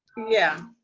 yeah.